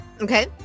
Okay